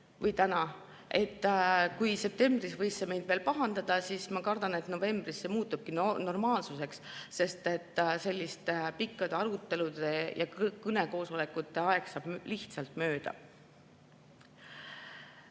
või täna – kui septembris võis see meid veel pahandada, siis ma kardan, et novembris muutubki see normaalsuseks, sest selliste pikkade arutelude ja kõnekoosolekute aeg saab lihtsalt mööda.